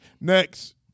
Next